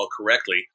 correctly